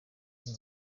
ibyo